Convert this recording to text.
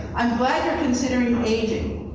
i'm glad considering aging,